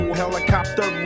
helicopter